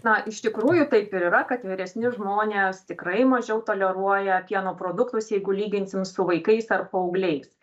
na iš tikrųjų tai ir yra kad vyresni žmonės tikrai mažiau toleruoja pieno produktus jeigu lyginsim su vaikais ar paaugliais